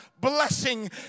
blessing